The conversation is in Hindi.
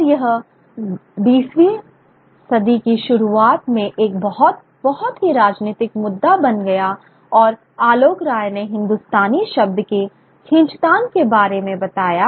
और यह 20 वीं सदी की शुरुआत में एक बहुत बहुत ही राजनीतिक मुद्दा बन गया और आलोक राय ने हिंदुस्तानी शब्द के खींचतान के बारे में बताया